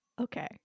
Okay